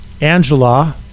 Angela